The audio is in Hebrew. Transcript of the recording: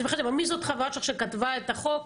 מי זאת חברה שלך שכתבה את החוק?